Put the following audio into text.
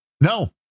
No